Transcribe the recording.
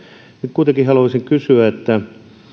nyt kuitenkin haluaisin kysyä siitä